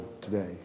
today